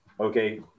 okay